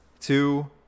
two